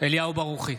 אליהו ברוכי,